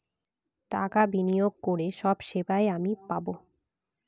টাকা বিনিয়োগ করে সব সেবা আমি পাবো